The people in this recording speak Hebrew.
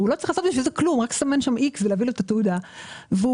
והוא לא צריך בשביל זה לעשות כלום אלא רק לסמן איקס